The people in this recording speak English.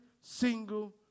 single